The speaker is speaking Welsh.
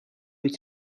wyt